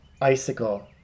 icicle